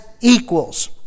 equals